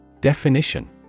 Definition